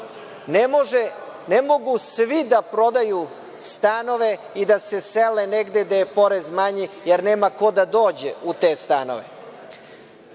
Ne mogu svi da prodaju stanove i da se sele negde gde je porez manji, jer nema ko da dođe u te